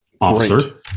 officer